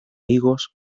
higos